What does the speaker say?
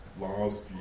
last